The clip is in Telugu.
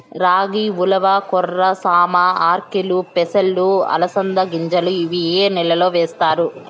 రాగి, ఉలవ, కొర్ర, సామ, ఆర్కెలు, పెసలు, అలసంద గింజలు ఇవి ఏ నెలలో వేస్తారు?